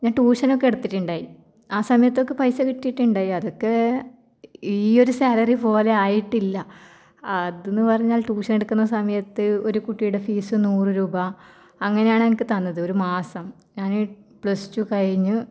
ഞാൻ ട്യൂഷൻ ഒക്കെ എടുത്തിട്ടുണ്ടായി ആ സമയത്തൊക്കെ പൈസ കിട്ടിയിട്ടുണ്ടായി അതൊക്കെ ഈ ഒരു സാലറി പോലെ ആയിട്ടില്ല അതെന്ന് പറഞ്ഞാൽ ട്യൂഷൻ എടുക്കുന്ന സമയത്ത് ഒരു കുട്ടിയുടെ ഫീസ് നൂറ് രൂപ അങ്ങനെയാണ് എനിക്ക് തന്നത് ഒരു മാസം ഞാൻ പ്ലസ് ടു കഴിഞ്ഞ്